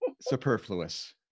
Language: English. superfluous